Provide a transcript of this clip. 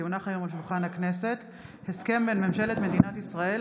כי הונח היום על שולחן הכנסת הסכם בין ממשלת מדינת ישראל